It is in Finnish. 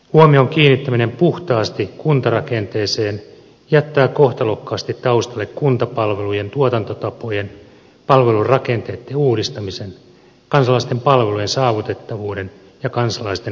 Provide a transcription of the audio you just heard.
huomion kiinnittäminen puhtaasti kuntarakenteeseen jättää kohtalokkaasti taustalle kuntapalvelujen tuotantotapojen palvelurakenteitten uudistamisen kansalaisten palvelujen saavutettavuuden ja kansalaisten lähivaikuttamisen